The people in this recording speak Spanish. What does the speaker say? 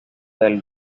del